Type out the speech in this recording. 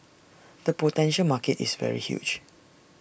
the potential market is very huge